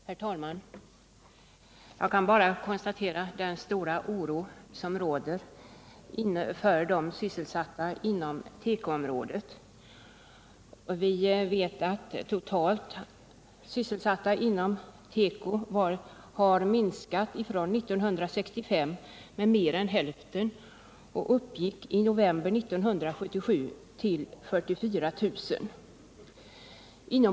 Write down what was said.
Herr talman! Jag kan bara konstatera den stora oro som råder för de sysselsatta inom tekoområdet. Vi vet att totala antalet sysselsatta inom teko har minskat med mer än hälften sedan 1965 och i november 1977 uppgick till 44 000.